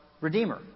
redeemer